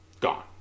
Gone